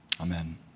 Amen